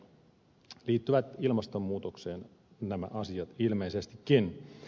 liittyvät ilmastonmuutokseen nämä asiat ilmeisestikin